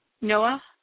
Noah